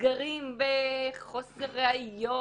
נסגרים מחוסר ראיות,